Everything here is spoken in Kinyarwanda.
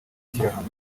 shyirahamwe